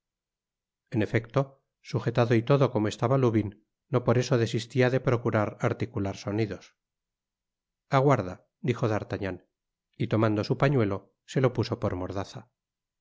en efecto sujetado y todo como estaba lubin no por eso desistia de procurar articular sonidos aguarda dijo d'artagnan y tomando su pañuelo se lo puso por mordaza